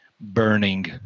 burning